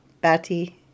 batty